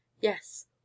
yes